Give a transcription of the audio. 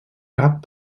cap